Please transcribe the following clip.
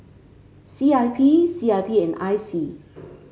C I P C I P and I C